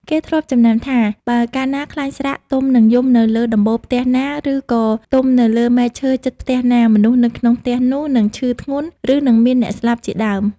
គេធ្លាប់ចំណាំថា បើកាលណាខ្លែងស្រាកទំនិងយំនៅលើដំបូលផ្ទះណា ឬក៏ទំនៅលើមែកឈើជិតផ្ទះណា មនុស្សក្នុងផ្ទះនោះនឹងឈឺធ្ងន់ ឬនឹងមានអ្នកស្លាប់ជាដើម។